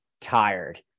tired